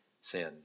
sin